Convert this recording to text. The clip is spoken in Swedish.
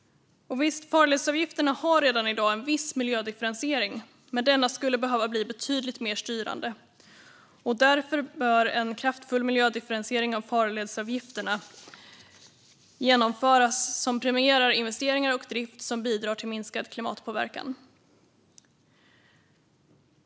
Och visst, farledsavgifterna har redan i dag en viss miljödifferentiering, men denna skulle behöva bli betydligt mer styrande. Därför bör en kraftfull miljödifferentiering av farledsavgifterna genomföras som premierar investeringar och drift som bidrar till minskad klimatpåverkan.